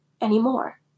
anymore